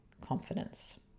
confidence